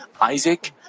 Isaac